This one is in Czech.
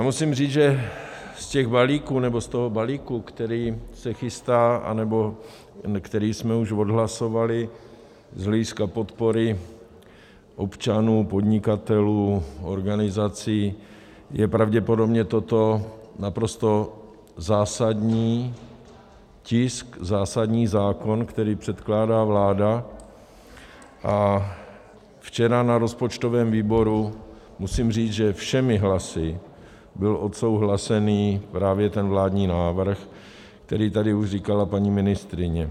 Já musím říct, že z toho balíku, který se chystá, nebo který jsme už odhlasovali z hlediska podpory občanů, podnikatelů, organizací, je pravděpodobně toto naprosto zásadní tisk, zásadní zákon, který předkládá vláda, a včera na rozpočtovém výboru byl všemi hlasy odsouhlasený právě ten vládní návrh, který tady už říkala paní ministryně.